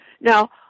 Now